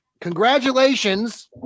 congratulations